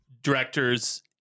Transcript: directors